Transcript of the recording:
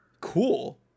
cool